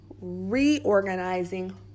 Reorganizing